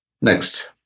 Next